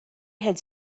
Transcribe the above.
had